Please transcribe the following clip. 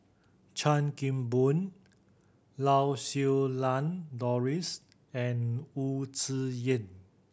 Chan Kim Boon Lau Siew Lang Doris and Wu Tsai Yen